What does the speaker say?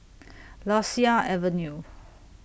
Lasia Avenue